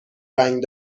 رنگ